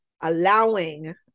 allowing